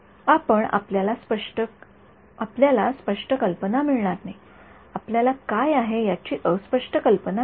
आपण आपल्याला स्पष्ट कल्पना मिळणार नाही आपल्याला काय आहे याची अस्पष्ट कल्पना मिळेल